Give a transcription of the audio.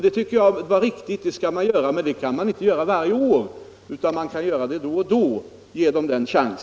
Det tycker jag var riktigt —- det skall man göra, men man kan inte göra det varje år, utan man får ge dem den chansen då och då.